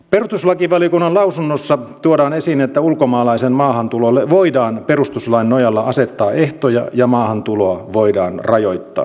perustuslakivaliokunnan lausunnossa tuodaan esiin että ulkomaalaisen maahantulolle voidaan perustuslain nojalla asettaa ehtoja ja maahantuloa voidaan rajoittaa